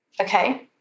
Okay